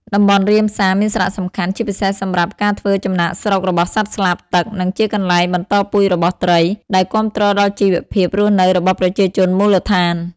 តំបន់រ៉ាមសារមានសារៈសំខាន់ជាពិសេសសម្រាប់ការធ្វើចំណាកស្រុករបស់សត្វស្លាបទឹក និងជាកន្លែងបន្តពូជរបស់ត្រី ដែលគាំទ្រដល់ជីវភាពរស់នៅរបស់ប្រជាជនមូលដ្ឋាន។